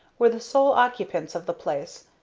were the sole occupants of the place,